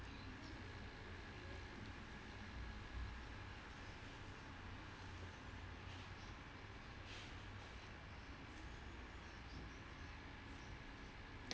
ya